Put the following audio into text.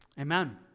Amen